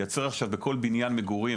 לייצר בכל בניין מגורים,